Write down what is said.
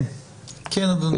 בבקשה, אדוני.